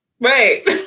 right